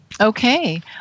okay